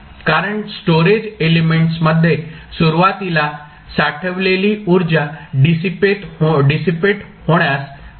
कारण स्टोरेज एलिमेंट्समध्ये सुरुवातीला साठवलेली उर्जा डीसीपेट होण्यास बराच काळ लागतो